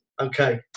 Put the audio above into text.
Okay